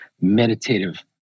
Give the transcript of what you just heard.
meditative